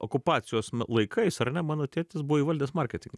okupacijos laikais ar ne mano tėtis buvo įvaldęs marketingą